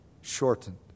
shortened